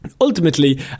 ultimately